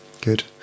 good